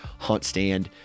HuntStand